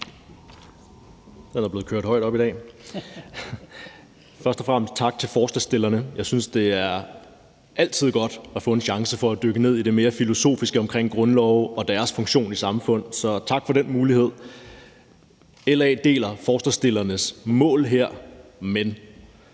Tak for det, formand. Først og fremmest tak til forslagsstillerne. Jeg synes altid, det er godt at få en chance for at dykke ned i det mere filosofiske omkring grundlove og deres funktion i samfund, så tak for den mulighed. LA deler forslagsstillernes mål her, men